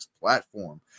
platform